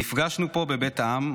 נפגשנו פה, בבית העם.